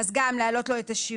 אז גם להעלות לו את השיעורים.